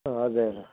हजुर